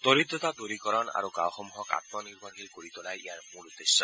দৰিদ্ৰতা দূৰীকৰণ আৰু গাঁওসমূহক আমনিৰ্ভৰশীল কৰি তোলাই ইয়াৰ মূল উদ্দেশ্য